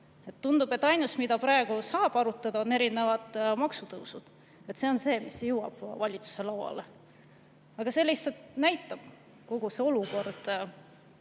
Tundub, et ainus, mida praegu saab arutada, on erinevad maksutõusud. See on see, mis jõuab valitsuse lauale. Aga kogu see olukord